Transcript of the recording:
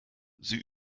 sie